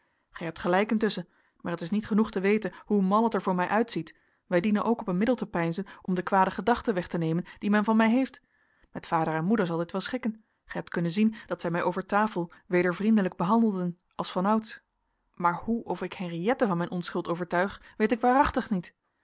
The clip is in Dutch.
gij hebt gelijk intusschen maar het is niet genoeg te weten hoe mal het er voor mij uitziet wij dienen ook op een middel te peinzen om de kwade gedachten weg te nemen die men van mij heeft met vader en moeder zal dit wel schikken gij hebt kunnen zien dat zij mij over tafel weder vriendelijk behandelden als vanouds maar hoe of ik henriëtte van mijn onschuld overtuig weet ik waarachtig niet